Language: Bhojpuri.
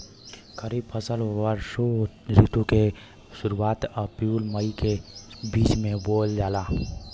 खरीफ फसल वषोॅ ऋतु के शुरुआत, अपृल मई के बीच में बोवल जाला